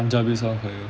song for you